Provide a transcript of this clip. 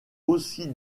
aussi